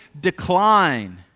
decline